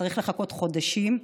צריך לחכות חודשים,